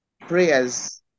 prayers